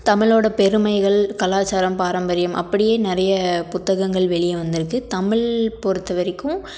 தமிழோடய பெருமைகள் கலாச்சாரம் பாரம்பரியம் அப்படியே நிறைய புத்தகங்கள் வெளியே வந்திருக்கு தமிழ் பொறுத்த வரைக்கும்